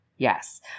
Yes